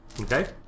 Okay